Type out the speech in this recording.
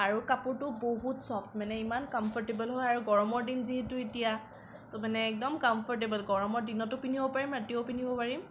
আৰু কাপোৰটো বহুত ছফট মানে আৰু ইমান কমফৰ্টেবল হয় আৰু গৰমৰ দিন যিহেতু এতিয়া ত' মানে একদম কমফৰ্টেবল গৰমৰ দিনতো পিন্ধিব পাৰিম ৰাতিও পিন্ধিব পাৰিম